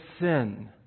sin